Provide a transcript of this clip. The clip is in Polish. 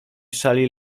szali